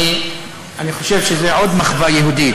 אני חושב שזה עוד מחווה יהודית,